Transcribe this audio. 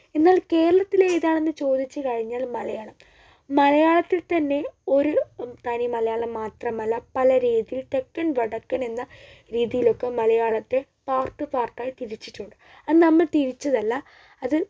എന്നാൽ കേരളത്തിലേതാണെന്ന് ചോദിച്ചുകഴിഞ്ഞാൽ മലയാളം മലയാളത്തിൽത്തന്നെ ഒരു തനിമലയാളം മാത്രമല്ല പല രീതിയിൽ തെക്കൻ വടക്കനെന്ന രീതിയിലൊക്കെ മലയാളത്തെ പാർട്ട് പാർട്ടായി തിരിച്ചിട്ടുണ്ട് അത് നമ്മൾ തിരിച്ചതല്ല അത്